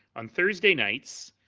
on thursday nights,